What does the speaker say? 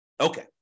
Okay